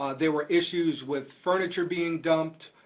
there were issues with furniture being dumped,